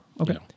Okay